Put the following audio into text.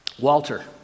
Walter